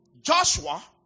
Joshua